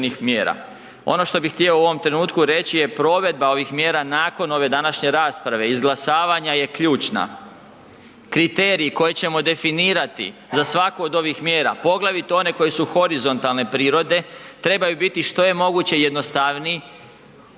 Ono što bi htio u ovom trenutku reći je provedba ovih mjera nakon ove današnje rasprave izglasavanja je ključna. Kriterij koji ćemo definirati za svaku od ovih mjera poglavito one koje su horizontalne prirode trebaju biti što je moguće jednostavniji,